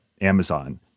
Amazon